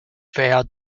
vowed